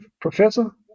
professor